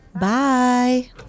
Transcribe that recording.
Bye